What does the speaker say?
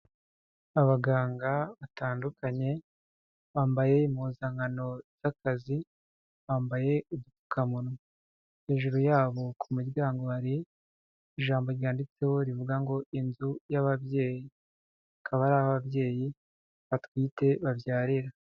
Abaganga batandukanye bambaye impuzankano z'akazi, bambaye udupfukamunwa, hejuru yabo ku muryango hari ijambo ryanditseho rivuga ngo "inzu y'ababyeyi", akaba ari aho ababyeyi batwite babyarira.